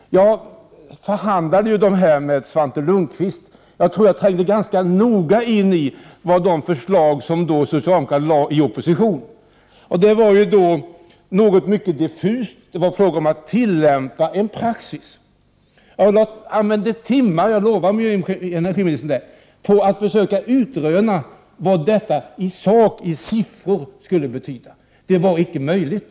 Jag förhandlade med Svante Lundkvist. Jag trängde ganska noga in i de förslag som socialdemokraterna lade då de var i oppositionsställning. Det var något ganska diffust och handlade om att tillämpa en praxis. Jag lovar miljöoch energiministern att jag använde timmar till att försöka utröna vad detta skulle betyda i siffror, men det var icke möjligt.